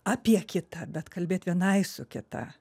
apie kitą bet kalbėt vienai su kita